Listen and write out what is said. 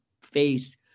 face